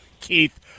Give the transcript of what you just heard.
Keith